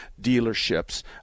dealerships